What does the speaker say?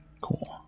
Cool